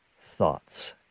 thoughts